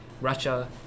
Russia